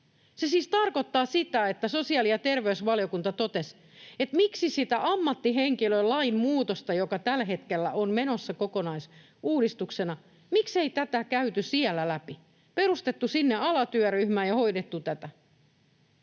Se siis tarkoittaa sitä, että sosiaali- ja terveysvaliokunta totesi, miksei tätä käyty läpi ammattihenkilölain muutoksen yhteydessä, joka tällä hetkellä on menossa kokonaisuudistuksena, on perustettu sinne alatyöryhmää ja hoidettu tätä.